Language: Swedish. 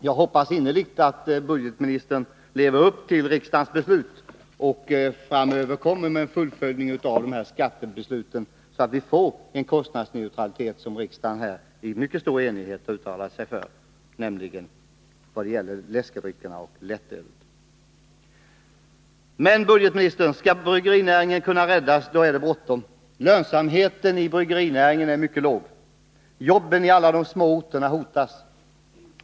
Jag hoppas innerligt att budgetministern lever upp till riksdagens beslut och framöver presenterar förslag som fullföljer skattebesluten, så att vi får den kostnadsneutralitet vad det gäller läskedrycker och lättöl som riksdagen i mycket stor enighet har uttalat sig för. Om bryggerinäringen skall kunna räddas, då är det bråttom med åtgärderna, herr budgetminister. Lönsamheten i bryggerinäringen är mycket låg. Jobben på alla dessa små orter hotas.